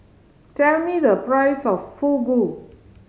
tell me the price of Fugu